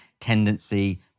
tendency